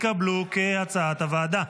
כהצעת הוועדה,